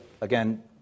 again